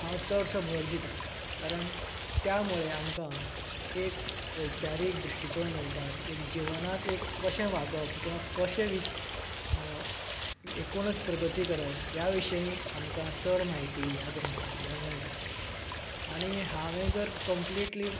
हांव चडसो भर दिता कारण त्यामुळे आमकां एक वैचारीक दृश्टीकोन मेळटा एक जीवनांत एक कशें वागप किंवां कशें वि एकूणच प्रगती करप ह्या विशयी आमकां चड म्हायती ह्या ग्रंथांतल्यान मेळटा आनी हांवें जर कंम्लिटली